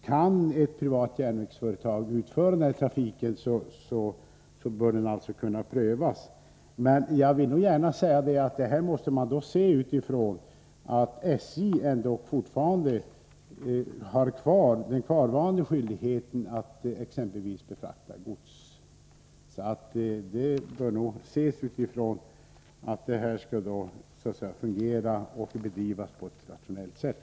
Om ett privat järnvägsföretag kan sköta den trafiken, bör man få pröva på det. Jag vill emellertid gärna framhålla att SJ fortfarande har skyldighet att exempelvis befrakta gods. Det viktiga är således att det verkligen fungerar och att verksamheten bedrivs på ett rationellt sätt.